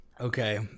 Okay